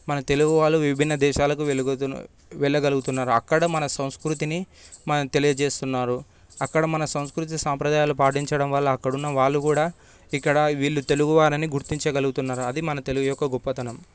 మన తెలుగు వాళ్ళు విభిన్న దేశాలకు వెలుగు వెళ్లగలుగుతున్నరు అక్కడ మన సంస్కృతిని మనం తెలియజేస్తున్నారు అక్కడ మన సంస్కృతి సాంప్రదాయాలు పాటించడం వల్ల అక్కడున్న వాళ్లు కూడా ఇక్కడ వీళ్ళు తెలుగువారు అని గుర్తించగలుగుతున్నారు అది మన తెలుగు యొక్క గొప్పతనం